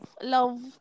love